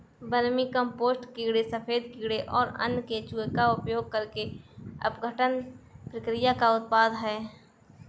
vermicompost कीड़े सफेद कीड़े और अन्य केंचुए का उपयोग करके अपघटन प्रक्रिया का उत्पाद है